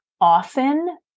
often